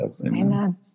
amen